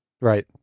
right